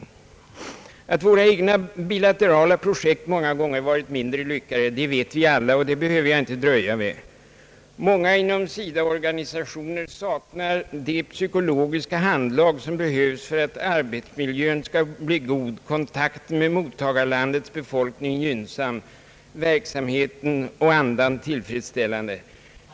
Alla vet att våra egna bilaterala projekt många gånger har varit mindre lyckade. Jag behöver därför inte dröja vid detta. Många befattningshavare inom SIDA saknar det psykologiska handlag som behövs för att arbetsmiljön skall bli god, kontakten med mottagarlandets befolkning gynnsam samt verksamheten och andan tillfredsställande.